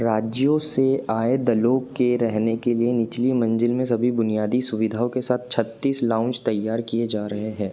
राज्यों से आए दलों के रहने के लिए निचली मंज़िल में सभी बुनियादी सुविधाओं के साथ छत्तीस लाउंज तैयार किए जा रहे हैं